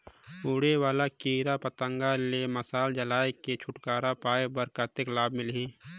उड़े वाला कीरा पतंगा ले मशाल जलाय के छुटकारा पाय बर कतेक लाभ मिलही?